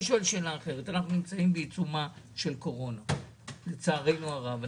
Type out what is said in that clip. אנחנו נמצאים בעיצומה של קורונה ,לצערנו הרב.